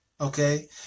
okay